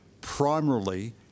primarily